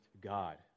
God